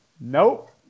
Nope